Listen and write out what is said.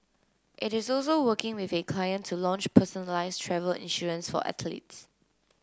it is also working with a client to launch personalised travel insurance for athletes